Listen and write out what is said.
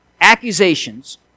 Accusations